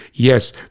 Yes